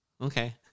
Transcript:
Okay